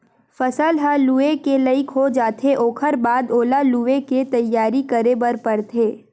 फसल ह लूए के लइक हो जाथे ओखर बाद ओला लुवे के तइयारी करे बर परथे